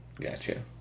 Gotcha